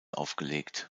aufgelegt